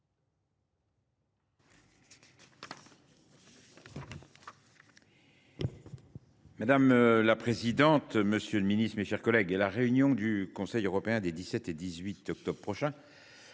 Madame la présidente, monsieur le ministre, mes chers collègues, la réunion du Conseil européen des 17 et 18 octobre prochains